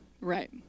right